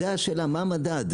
זו השאלה מה המדד?